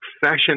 fashion